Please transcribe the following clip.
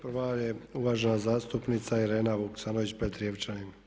Prva je uvažena zastupnica Irena Vuksanović Petrijevčanin.